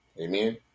Amen